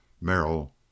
Merrill